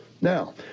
Now